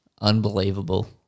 unbelievable